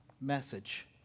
message